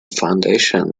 foundation